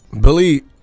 Billy